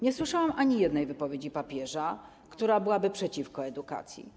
Nie słyszałam ani jednej wypowiedzi papieża, która byłaby przeciwko edukacji.